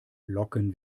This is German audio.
locken